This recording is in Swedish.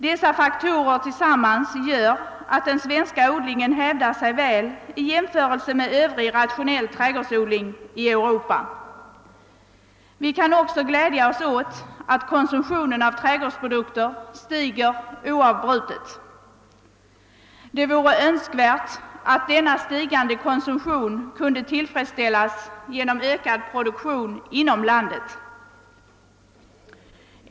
Dessa faktorer tillsammans gör att den svenska odlingen hävdar sig väl i jämförelse med övrig rationell trädgårdsodling i Europa. Vi kan också glädja oss åt att konsumtionen av trädgårdsprodukter stiger oavbrutet. Det vore önskvärt om denna stigande konsumtion kunde tillgodoses genom en ökning av produktionen inom landet.